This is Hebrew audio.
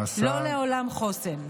לא לעולם חוסן.